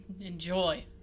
enjoy